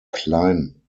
klein